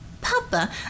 Papa